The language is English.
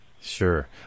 Sure